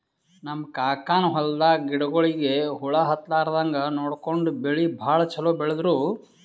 ನಮ್ ಕಾಕನ್ ಹೊಲದಾಗ ಗಿಡಗೋಳಿಗಿ ಹುಳ ಹತ್ತಲಾರದಂಗ್ ನೋಡ್ಕೊಂಡು ಬೆಳಿ ಭಾಳ್ ಛಲೋ ಬೆಳದ್ರು